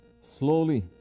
slowly